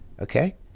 okay